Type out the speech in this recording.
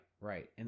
right